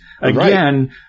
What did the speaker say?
again